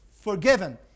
Forgiven